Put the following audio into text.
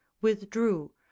withdrew